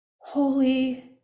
holy